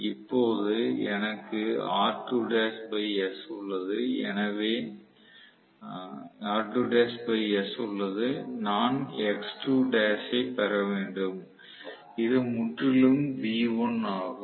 இப்போது எனக்கு உள்ளது நான் ஐப் பெற வேண்டும் இது முற்றிலும் V1 ஆகும்